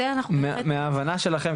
מהבנתכם,